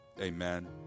amen